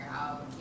out